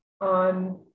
on